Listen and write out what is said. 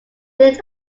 lived